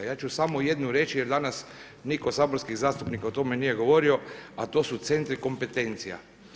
Ja ću samo jednu reći jer danas niko od saborskih zastupnika o tome nije govorio, a to su centri kompetencija.